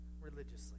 religiously